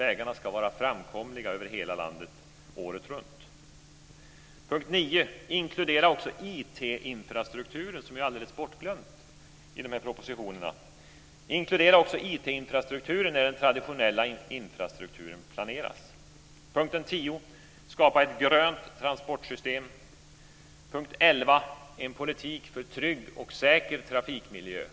Vägarna ska vara framkomliga över hela landet året runt. Inkludera också IT-infrastrukturen - som är alldeles bortglömd i propositionerna - när den traditionella infrastrukturen planeras. 11. Skapa en politik för trygg och säker trafikmiljö.